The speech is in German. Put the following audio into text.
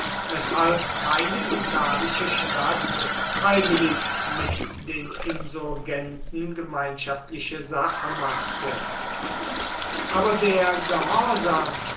weshalb keine italische stadt freiwillig mit den insurgenten gemeinschaftliche sache machte aber der gehorsam